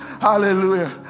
hallelujah